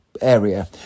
area